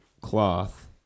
cloth